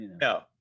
no